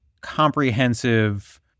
comprehensive